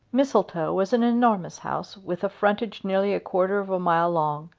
mistletoe is an enormous house with a frontage nearly a quarter of a mile long,